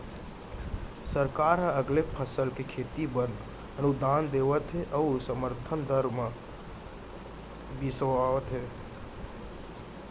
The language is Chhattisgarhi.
सरकार ह अलगे फसल के खेती बर अनुदान देवत हे अउ समरथन दर म बिसावत हे